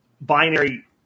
binary